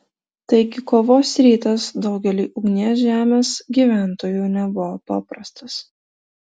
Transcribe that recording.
taigi kovos rytas daugeliui ugnies žemės gyventojų nebuvo paprastas